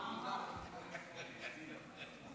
אדוני היושב-ראש,